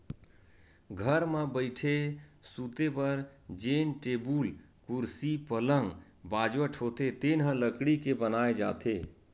घर म बइठे, सूते बर जेन टेबुल, कुरसी, पलंग, बाजवट होथे तेन ह लकड़ी के बनाए जाथे